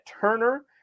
Turner